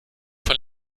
von